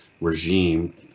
regime